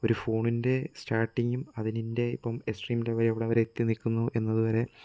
ഒരു ഫോണിൻ്റെ സ്റ്റാർട്ടിങ്ങും അതിൻ്റെ എക്സ്ട്രീം ലെവൽ എവിടം വരെ എത്തി നിൽക്കുന്നു എന്നത് വരെ